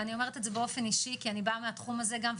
ואני אומרת את זה באופן אישי כי אני באה מהתחום הזה גם,